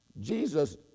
Jesus